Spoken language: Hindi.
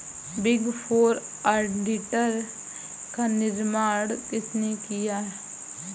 बिग फोर ऑडिटर का निर्माण किसने किया?